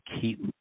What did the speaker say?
keep